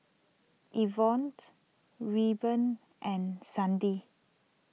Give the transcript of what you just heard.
Yvonne's Reuben and Sandie